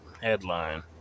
headline